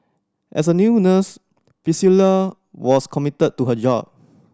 as a new nurse Priscilla was committed to her job